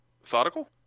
Methodical